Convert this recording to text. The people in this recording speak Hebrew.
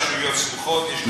ולשתי רשויות סמוכות יש הכנסה,